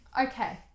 Okay